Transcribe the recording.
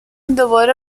دوباره